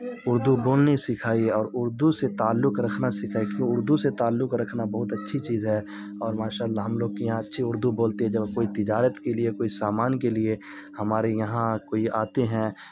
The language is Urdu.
اردو بولنی سکھائیے اور اردو سے تعلق رکھنا سکھائیے کیونکہ اردو سے تعلق رکھنا بہت اچھی چیز ہے اور ماشاء اللہ ہم لوگ کے یہاں اچھی اردو بولتے ہیں جب کوئی تجارت کے لیے کوئی سامان کے لیے ہمارے یہاں کوئی آتے ہیں